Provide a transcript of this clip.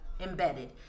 embedded